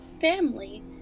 family